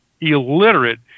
illiterate